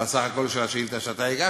בסך הכול של השאילתה שהגשת.